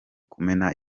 kumena